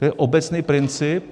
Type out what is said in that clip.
To je obecný princip.